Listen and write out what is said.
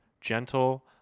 gentle